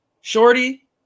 Shorty